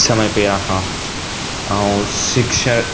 समय पहिरां खां ऐं शिक्षा